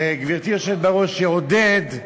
וגברתי היושבת בראש, "יעודד"